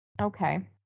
Okay